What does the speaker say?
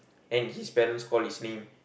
and his parents call his name